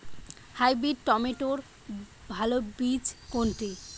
Hybrid টমেটোর ভালো বীজ কোনটি?